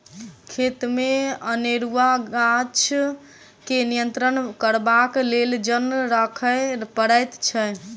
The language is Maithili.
खेतमे अनेरूआ गाछ के नियंत्रण करबाक लेल जन राखय पड़ैत छै